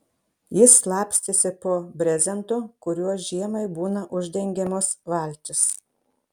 jis slapstėsi po brezentu kuriuo žiemai būna uždengiamos valtys